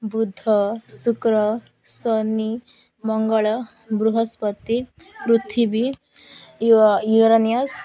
ବୁଦ୍ଧ ଶୁକ୍ର ଶନି ମଙ୍ଗଳ ବୃହସ୍ପତି ପୃଥିବୀ ୟୁଅ ୟୁରାନିଅସ୍